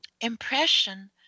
impression